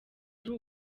ari